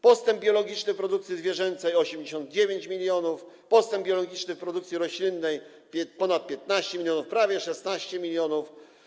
Postęp biologiczny w produkcji zwierzęcej - 89 mln, postęp biologiczny w produkcji roślinnej - ponad 15 mln, prawie 16 mln.